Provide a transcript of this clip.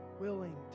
willing